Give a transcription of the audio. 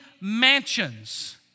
mansions